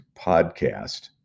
podcast